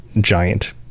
giant